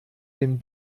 den